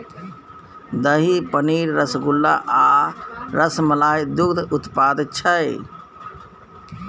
दही, पनीर, रसगुल्ला आ रसमलाई दुग्ध उत्पाद छै